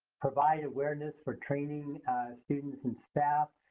provide awareness for training students and staff.